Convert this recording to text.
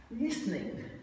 Listening